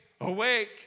awake